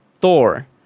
Thor